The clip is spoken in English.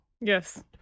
Yes